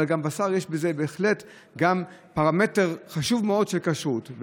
אבל בבשר יש בהחלט פרמטר חשוב מאוד של כשרות,